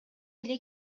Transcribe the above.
эле